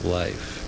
life